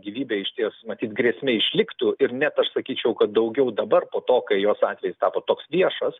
gyvybei išties matyt grėsmė išliktų ir net aš sakyčiau kad daugiau dabar po to kai jos atvejis tapo toks viešas